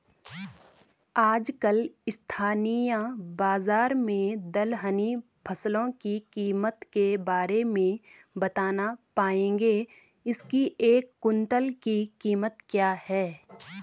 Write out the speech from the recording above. आजकल स्थानीय बाज़ार में दलहनी फसलों की कीमत के बारे में बताना पाएंगे इसकी एक कुन्तल की कीमत क्या है?